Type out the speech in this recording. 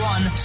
One